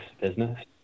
business